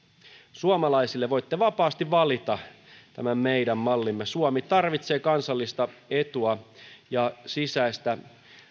suomalaisille voitte vapaasti valita tämän meidän mallimme suomi tarvitsee kansallista etua ja sisäistä